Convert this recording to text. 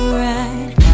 right